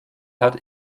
hat